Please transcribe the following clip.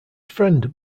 friend